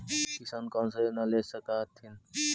किसान कोन सा योजना ले स कथीन?